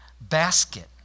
basket